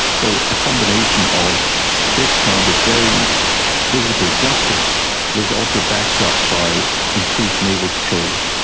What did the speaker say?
so a combination of this kind of very visible justice was also backed up by increased naval patrols.